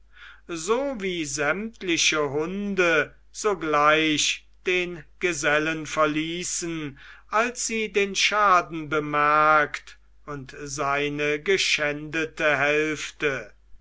so wie sämtliche hunde sogleich den gesellen verließen als sie den schaden bemerkt und seine geschändete hälfte